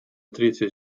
третья